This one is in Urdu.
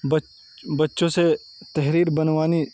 بچوں سے تحریر بنوانی